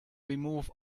remove